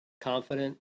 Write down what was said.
confident